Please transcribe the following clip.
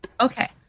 Okay